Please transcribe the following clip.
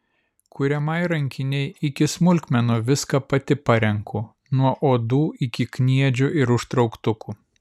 kuriamai rankinei iki smulkmenų viską pati parenku nuo odų iki kniedžių ir užtrauktukų